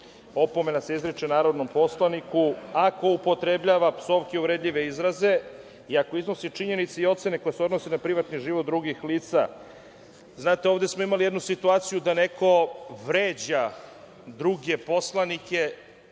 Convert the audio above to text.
opomena se izriče narodnom poslaniku ako upotrebljava psovke, uvredljive izraze i ako iznosi činjenice i ocene koje se odnose na privatni život drugih lica. Znate, ovde smo imali jednu situaciju da neko vređa druge poslanike,